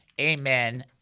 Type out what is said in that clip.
amen